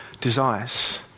desires